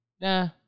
nah